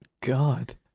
God